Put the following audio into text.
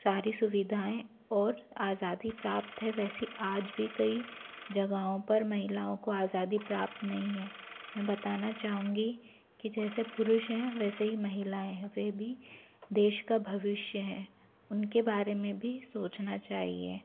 सारी सुविधाएँ और आज़ादी प्राप्त है वैसी आज भी कई जगहों पर महिलाओं को आजादी प्राप्त नहीं है मैं बताना चाहूँगी कि जैसे पुरुष हैं वैसे ही महिलाएँ हैं वे भी देश का भविष्य हैं उनके बारे में भी सोचना चाहिए